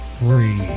free